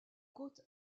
côte